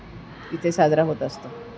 तिथे साजरा होत असतो